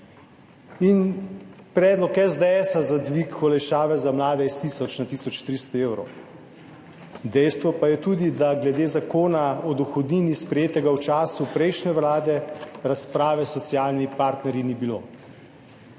in predlog SDS za dvig olajšave za mlade s tisoč na tisoč 300 evrov. Dejstvo pa je tudi, da glede Zakona o dohodnini, sprejetega v času prejšnje vlade, razprave s socialnimi partnerji ni bilo.